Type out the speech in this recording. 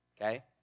okay